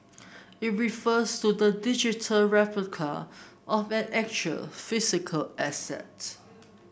it refers to the digital replica of an actual physical asset